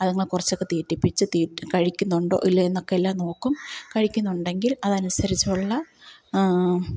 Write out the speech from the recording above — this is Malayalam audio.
അതിങ്ങളെ കുറച്ചൊക്കെ തെറ്റിപ്പിച്ച് തീറ്റ കഴിക്കുന്നുണ്ടോ ഇല്ലയോ എന്നൊക്കെ എല്ലാം നോക്കും കഴിക്കുന്നുണ്ടെങ്കിൽ അതനുസരിച്ചുള്ള